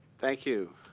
thank you.